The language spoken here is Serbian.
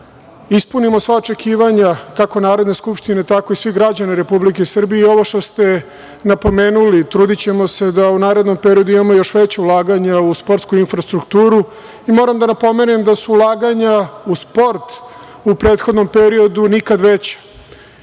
ispunimo sva očekivanja kako Narodne skupštine, tako i svih građana Republike Srbije. Ovo što ste napomenuli, trudićemo se da u narednom periodu imamo još veća ulaganja u sportsku infrastrukturu. Moram da napomenem da su ulaganja u sport u prethodnom periodu nikada veća.U